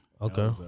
Okay